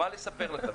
מה לספר לך?